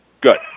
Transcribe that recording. Good